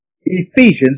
Ephesians